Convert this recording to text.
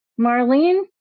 Marlene